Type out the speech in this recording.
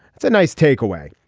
it's a nice takeaway.